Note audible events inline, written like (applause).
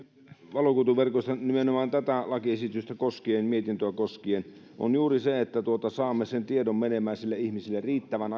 valokuituverkoista nimenomaan tätä lakiesitystä koskien mietintöä koskien tärkeää on juuri se että saamme sen tiedon menemään sille ihmiselle riittävän (unintelligible)